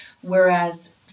whereas